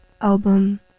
album